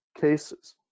cases